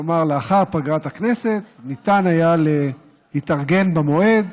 כלומר לאחר פגרת הכנסת ניתן היה להתארגן במועד,